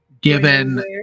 Given